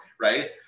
right